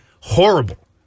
Horrible